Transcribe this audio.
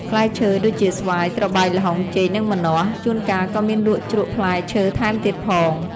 ផ្លែឈើ ដូចជា ស្វាយ ត្របែក ល្ហុង ចេក និងម្នាស់។ ជួនកាលក៏មានលក់ជ្រក់ផ្លែឈើថែមទៀតផង។